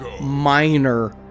minor